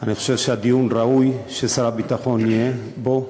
אני חושב שהדיון ראוי ששר הביטחון יהיה בו.